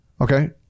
Okay